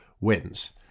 wins